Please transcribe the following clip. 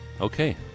Okay